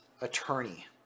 attorney